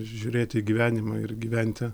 žiūrėti į gyvenimą ir gyventi